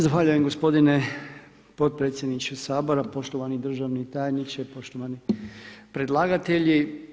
Zahvaljujem gospodine potpredsjedniče Sabora, poštovani državni tajniče, poštovani predlagatelji.